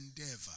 endeavor